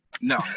No